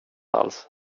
alls